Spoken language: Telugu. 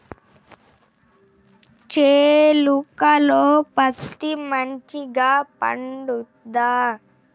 చేలుక లో పత్తి మంచిగా పండుద్దా?